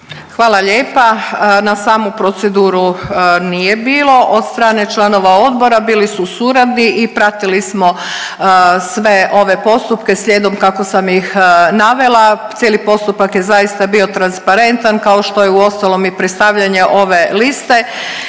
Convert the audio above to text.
Hvala lijepa. Na samu proceduru nije bilo od strane članova Odbora, bili su suradni i pratili smo sve ove postupke slijedom kako sam ih navela. Cijeli postupak je zaista bio transparentan, kao što je uostalom i predstavljanje ove Liste.